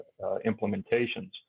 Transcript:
implementations